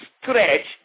stretch